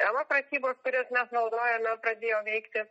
ela pratybos kurias mes naudojame pradėjo veikti